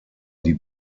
die